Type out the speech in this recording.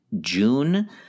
June